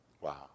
Wow